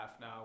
now